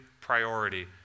priority